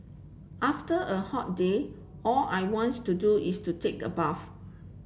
after a hot day all I wants to do is to take a bath